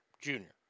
junior